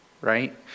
right